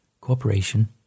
Cooperation